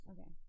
Okay